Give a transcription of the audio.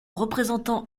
représentant